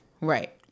Right